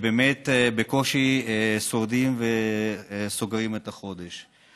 שבאמת בקושי שורדים וסוגרים את החודש.